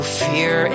fear